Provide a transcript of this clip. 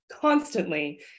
constantly